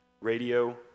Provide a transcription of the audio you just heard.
radio